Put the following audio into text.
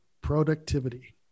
productivity